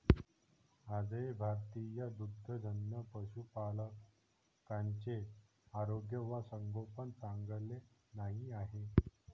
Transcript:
आजही भारतीय दुग्धजन्य पशुपालकांचे आरोग्य व संगोपन चांगले नाही आहे